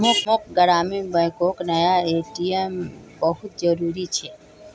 मोक ग्रामीण बैंकोक नया ए.टी.एम बहुत जरूरी छे